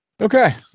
Okay